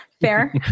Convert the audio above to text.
Fair